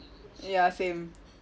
ya same